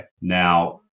Now